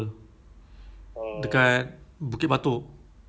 I think the normal acad or normal I think